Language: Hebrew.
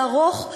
זה ארוך,